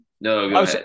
no